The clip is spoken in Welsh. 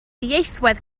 ieithwedd